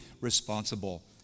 responsible